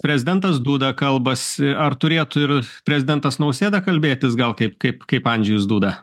prezidentas duda kalbas ar turėtų ir prezidentas nausėda kalbėtis gal kaip kaip kaip andžejus duda